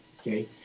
okay